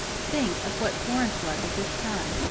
think of what florence was at this time,